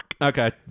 Okay